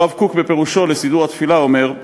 הרב קוק, בפירושו לסידור התפילה, אומר: